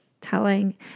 telling